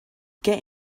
get